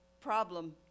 problem